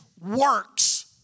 works